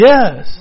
Yes